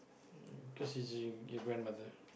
mm cause it's y~ your grandmother